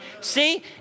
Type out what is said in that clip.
See